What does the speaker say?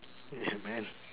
yeah man